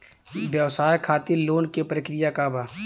व्यवसाय खातीर लोन के प्रक्रिया का बा?